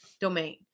domain